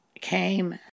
came